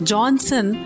Johnson